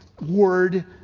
word